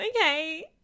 okay